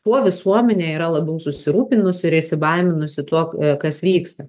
tuo visuomenė yra labiau susirūpinusi ir įsibaiminusi tuo kas vyksta